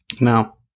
Now